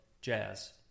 jazz